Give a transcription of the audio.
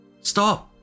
Stop